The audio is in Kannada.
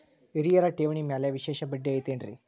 ಹಿರಿಯರ ಠೇವಣಿ ಮ್ಯಾಲೆ ವಿಶೇಷ ಬಡ್ಡಿ ಐತೇನ್ರಿ?